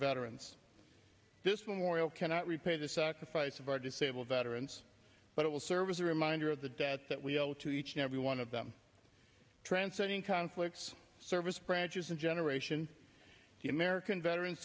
veterans this memorial cannot repay the sacrifice of our disabled veterans but it will serve as a reminder of the debt that we owe to each and every one of them transcending conflicts service branches and generation the american veterans